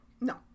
No